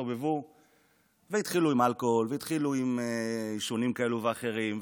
הסתובבו והתחילו עם אלכוהול והתחילו עם עישונים כאלה ואחרים,